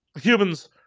humans